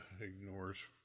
ignores